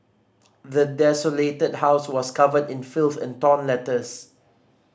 the desolated house was covered in filth and torn letters